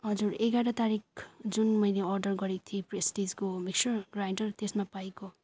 हजुर एघार तारिक जुन मैले अर्डर गरेको थिएँ प्रेस्टिजको मिक्सचर ग्राइन्डर त्यसमा पाएको